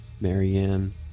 Marianne